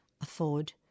afford